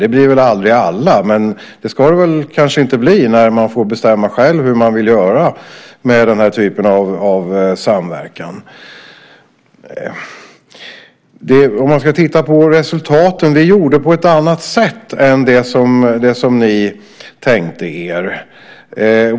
Det blir väl aldrig alla, men det ska det väl kanske inte bli när man själv får bestämma vad man vill göra med den här typen av samverkan. När det gäller resultaten gjorde vi på ett annat sätt än det som ni tänkte er.